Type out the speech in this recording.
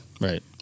Right